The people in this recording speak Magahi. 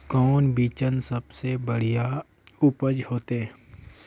कौन बिचन सबसे बढ़िया उपज होते?